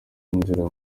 inzira